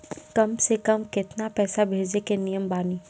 कम से कम केतना पैसा भेजै के नियम बानी?